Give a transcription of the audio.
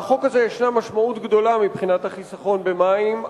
לחוק הזה יש משמעות גדולה מבחינת החיסכון במים.